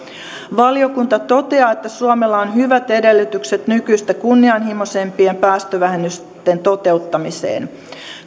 valiokunta toteaa että suomella on hyvät edellytykset nykyistä kunnianhimoisempien päästövähennysten toteuttamiseen